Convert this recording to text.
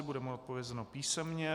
Bude mu odpovězeno písemně.